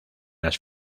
las